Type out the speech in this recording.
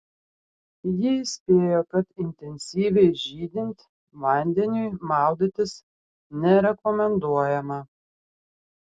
ji įspėjo kad intensyviai žydint vandeniui maudytis nerekomenduojama